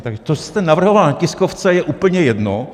To, co jste navrhovala na tiskovce, je úplně jedno.